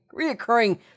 reoccurring